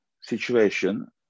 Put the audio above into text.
situation